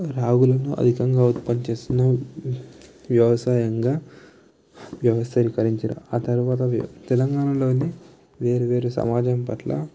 రాగులను అధికంగా ఉత్పత్తి చేసిన వ్యవసాయంగా వ్యవస్థీకరించిన ఆ తర్వాత తెలంగాణలోని వేరువేరు సమాజం పట్ల